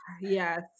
Yes